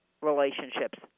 relationships